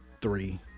three